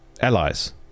allies